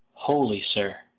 wholly, sir.